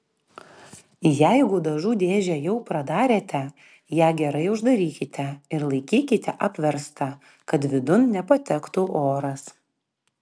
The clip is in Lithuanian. jeigu dažų dėžę jau pradarėte ją gerai uždarykite ir laikykite apverstą kad vidun nepatektų oras